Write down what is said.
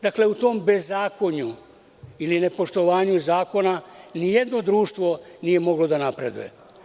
Dakle, u tom bezakonju ili nepoštovanju zakona nijedno društvo nije moglo da napreduje.